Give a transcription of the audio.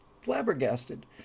flabbergasted